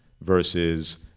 versus